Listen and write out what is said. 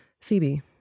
Phoebe